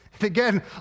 Again